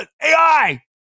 AI